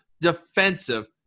defensive